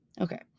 Okay